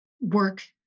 work